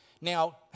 Now